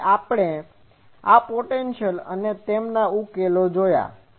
તેથી આપણે આ પોટેન્શિઅલ અને તેમના ઉકેલો જોયા છે